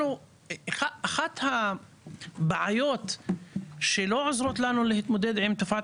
אחת הבעיות שלא עוזרות לנו להתמודד עם תופעת